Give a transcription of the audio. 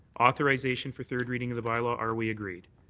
authorization for third reading of the bylaw are we agreed?